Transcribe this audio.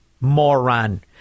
moron